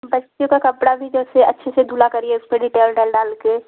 बच्चियों का कपड़ा भी जैसे अच्छे से धुला करिए उसपे डिटेल डाल डालके